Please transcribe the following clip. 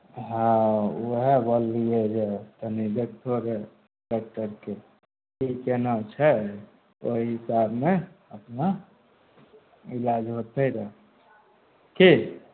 हँ उएह बोललियै जे कनि डॉक्टर टॉक्टरके की केना छै तऽ ओहि हिसाबमे अपना इलाज होतै रहय की